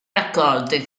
raccolte